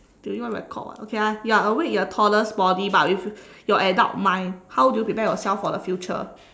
they even record [what] okay ah you are awake in a toddler's body but with your adult mind how do you prepare yourself for the future